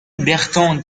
bertrand